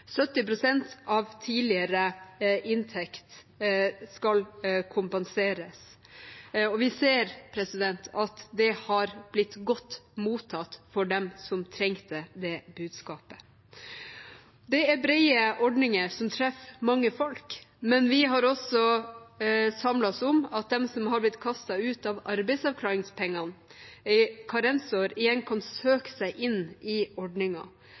av tidligere inntekt skal kompenseres, og vi ser at det har blitt godt mottatt av dem som trengte det budskapet. Det er brede ordninger som treffer mange folk, men vi har også samlet oss om at de som har blitt kastet ut av arbeidsavklaringspenger, karensår, igjen kan søke seg inn i